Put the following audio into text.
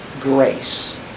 Grace